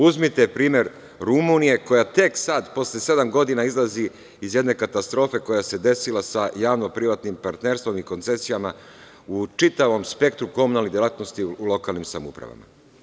Uzmite primer Rumunije, koja tek sada posle sedam izlazi iz jedne katastrofe koja se desila sa javno-privatnim partnerstvom i koncesijama u čitavom spektru komunalnih delatnosti u lokalnim samoupravama.